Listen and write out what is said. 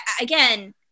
again